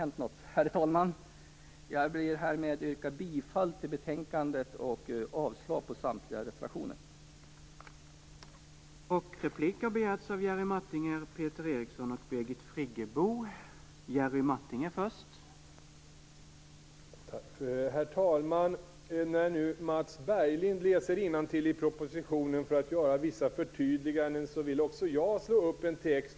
Jag yrkar härmed bifall till utskottets hemställan i betänkandet och avslag på samtliga reservationer.